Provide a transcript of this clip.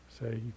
Say